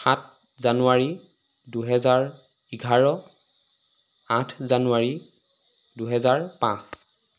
সাত জানুৱাৰী দুহেজাৰ এঘাৰ আঠ জানুৱাৰী দুহেজাৰ পাঁচ